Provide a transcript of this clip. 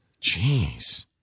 Jeez